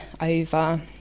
over